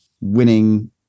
winning